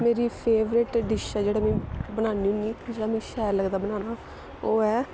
मेरी favourite dish ऐ जेह्ड़ा मि बनान्नी होन्नी जेह्ड़ा मिगी शैल लगदा बनाना ओह् ऐ